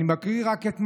אני רק מקריא את מאמרו,